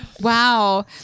Wow